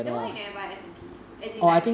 then why you never buy S&P as in like